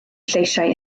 lleisiau